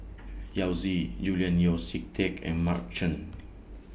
Yao Zi Julian Yeo See Teck and Mark Chan